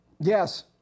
Yes